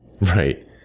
Right